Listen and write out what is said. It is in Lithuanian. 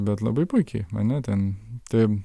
bet labai puikiai ane ten tai